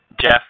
Jeff